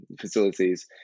facilities